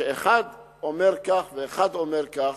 שאחד אומר כך ואחד אומר כך,